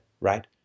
Right